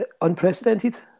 Unprecedented